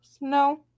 No